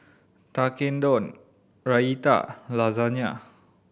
Tekkadon Raita Lasagna